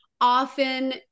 often